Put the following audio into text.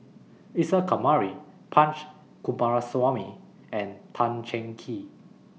Isa Kamari Punch Coomaraswamy and Tan Cheng Kee